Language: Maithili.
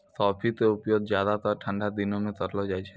कॉफी के उपयोग ज्यादातर ठंडा दिनों मॅ करलो जाय छै